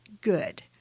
good